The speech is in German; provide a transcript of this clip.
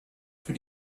für